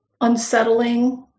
unsettling